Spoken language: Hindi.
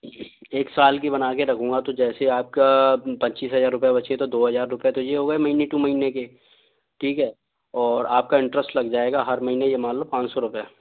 एक साल की बना कर रखूँगा तो जैसे आपके पच्चीस हज़ार रुपये बचे तो दो हज़ार रुपये तो यह हो गए महीने टू महीने के ठीक है और आपका इंट्रेस्ट लग जाएगा हर महीने यह मान लो पाँच सौ रुपये